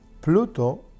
Pluto